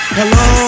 Hello